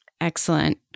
Excellent